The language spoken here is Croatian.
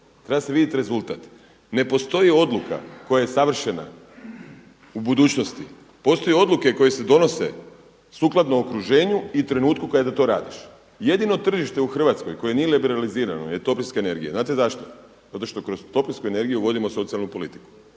Treba se vidjeti rezultat. Ne postoji odluka koja je savršena u budućnosti. Postoje odluke koje se donose sukladno okruženju i trenutku kada to radiš. Jedino tržište u Hrvatskoj koje nije liberalizirano je toplinska energija. Znate zašto? Zato što kroz toplinsku energiju vodimo socijalnu politiku.